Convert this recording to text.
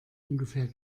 ungefähr